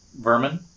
vermin